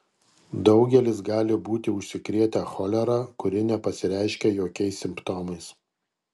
daugelis gali būti užsikrėtę cholera kuri nepasireiškia jokiais simptomais